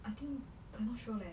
I think I'm not sure leh